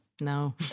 No